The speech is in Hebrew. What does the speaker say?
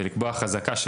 ולקבוע חזקה,